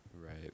Right